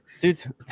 Dude